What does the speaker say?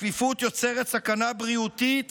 הצפיפות יוצרת סכנה בריאותית